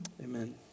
amen